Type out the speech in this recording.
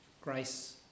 grace